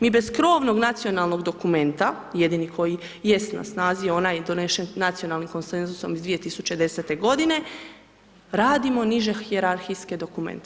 Mi bez krovnog nacionalnog dokumenta, jedini koji jest na snazi onaj donesen nacionalnim konsenzusom iz 2010.-te godine, radimo niže hijerarhijske dokumente.